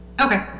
Okay